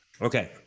Okay